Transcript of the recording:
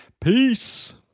Peace